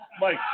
Mike